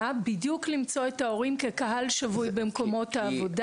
בדיוק כדי למצוא את ההורים במקומות העבודה.